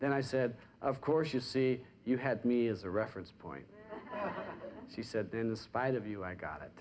then i said of course you see you had me as a reference point she said then the spite of you i got it